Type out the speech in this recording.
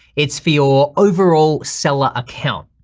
it's for your overall seller account.